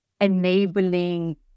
enabling